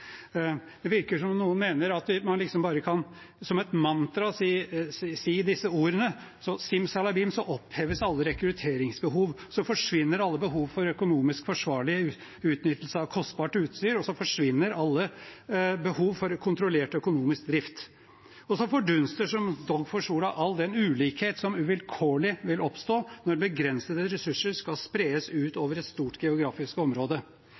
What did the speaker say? Det virker som om noen mener at man liksom bare kan si disse ordene som et mantra, så – simsalabim – oppheves alle rekrutteringsbehov, så forsvinner alle behov for økonomisk forsvarlig utnyttelse av kostbart utstyr, så forsvinner alle behov for kontrollert økonomisk drift, og så fordunster som dogg for sola all den ulikheten som uvilkårlig vil oppstå når begrensede ressurser skal spres utover et stort geografisk område.